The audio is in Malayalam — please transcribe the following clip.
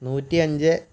നൂറ്റിയഞ്ച്